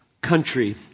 country